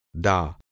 da